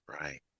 Right